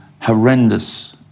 horrendous